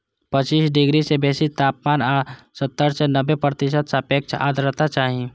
पच्चीस डिग्री सं बेसी तापमान आ सत्तर सं नब्बे प्रतिशत सापेक्ष आर्द्रता चाही